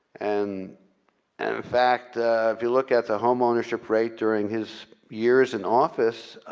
and and fact, if you look at the home ownership rate during his years in office.